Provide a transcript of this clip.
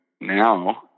now